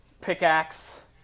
pickaxe